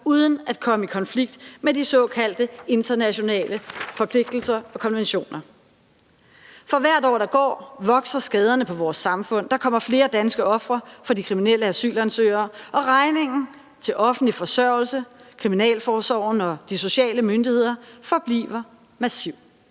uden at komme i konflikt med de såkaldte internationale forpligtelser og konventioner. For hvert år, der går, vokser skaderne på vores samfund. Der kommer flere danske ofre for de kriminelle asylansøgere, og regningen til offentlig forsørgelse, Kriminalforsorgen og de sociale myndigheder forbliver massiv.